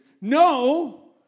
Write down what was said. No